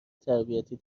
تربیتی